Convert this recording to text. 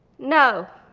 no.